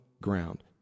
ground